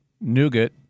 nougat